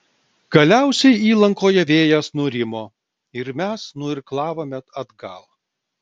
galiausiai įlankoje vėjas nurimo ir mes nuirklavome atgal